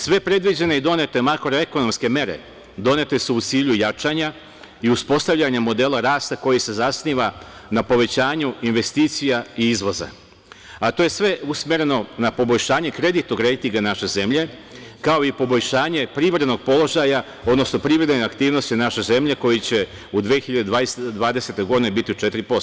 Sve predviđene i donete makroekonomske mere donete su u cilju jačanja i uspostavljanja modela rasta koji se zasniva na povećanju investicija i izvoza, a to je sve usmereno na poboljšanje kreditnog rejtinga naše zemlje, kao i poboljšanje privrednog položaja, odnosno privredne aktivnosti naše zemlje koji će u 2020. godini biti 4%